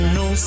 no